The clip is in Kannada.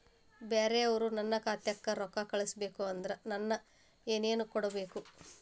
ಬ್ಯಾರೆ ಅವರು ನನ್ನ ಖಾತಾಕ್ಕ ರೊಕ್ಕಾ ಕಳಿಸಬೇಕು ಅಂದ್ರ ನನ್ನ ಏನೇನು ಕೊಡಬೇಕು?